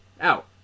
out